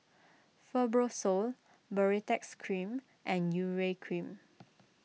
Fibrosol Baritex Cream and Urea Cream